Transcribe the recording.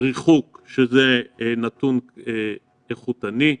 ריחוק זה נתון איכותני.